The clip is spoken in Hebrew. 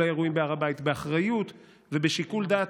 האירועים בהר הבית באחריות ובשיקול דעת,